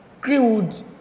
Greenwood